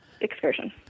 excursion